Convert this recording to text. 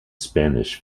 spanish